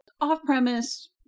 Off-premise